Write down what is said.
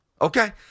Okay